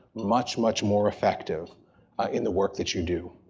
much, much more effective in the work that you do.